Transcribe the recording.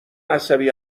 عصبی